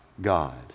God